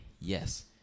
Yes